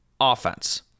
offense